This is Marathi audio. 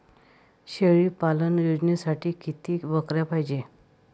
शेळी पालन योजनेसाठी किती बकऱ्या पायजे?